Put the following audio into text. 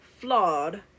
flawed